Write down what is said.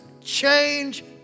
change